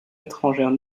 étrangères